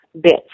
bits